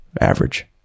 Average